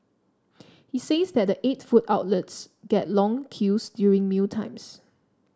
he says that the eight food outlets get long queues during mealtimes